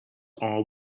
are